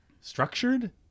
structured